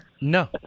No